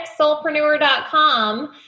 soulpreneur.com